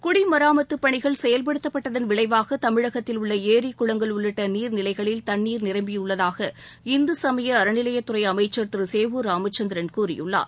குடிமராமத்து பணிகள் செயல்படுத்தப்பட்டதன் விளைவாக தமிழகத்தில் உள்ள ஏரி குளங்கள் உள்ளிட்ட நீர் நிலைகளில் தண்ணீர் நீரம்பியுள்ளதாக இந்து சமய அறநிலையத்துறை அமைச்சர் திரு சேவூர் ராமச்சந்திரன் கூறியுள்ளார்